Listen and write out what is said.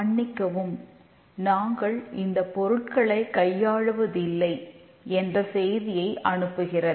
மன்னிக்கவும் நாங்கள் இந்த பொருட்களை கையாளுவது இல்லை என்ற செய்தியை அனுப்புகிறது